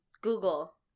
Google